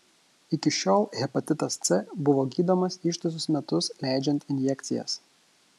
iki šiol hepatitas c buvo gydomas ištisus metus leidžiant injekcijas